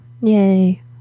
yay